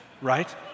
right